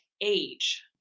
age